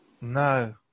no